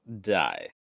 die